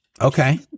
Okay